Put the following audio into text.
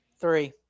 Three